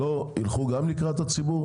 לא תלכו גם לקראת הציבור,